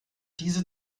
diese